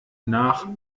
nach